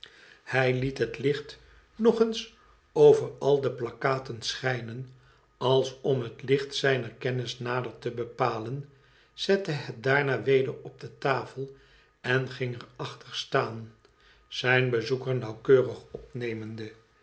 hij uet het licht nog eens over al de plakkaten schijnen als om het licht zijner kennis nader te bepalen zette het daarna weder op de tafel en ging er achter staan zijn bezoeker nauwkeurig opnemende